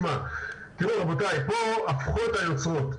רבותיי, פה הפכו את היוצרות.